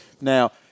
Now